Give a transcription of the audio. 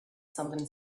something